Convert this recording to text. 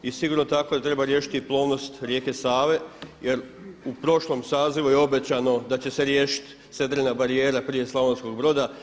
I sigurno tako da treba riješiti plovnost rijeke Save jer u prošlom sazivu je obećano da će se riješiti sedrena barijera prije Slavonskog Broda.